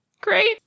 Great